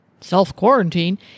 self-quarantine